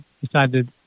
decided